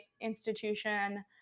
institution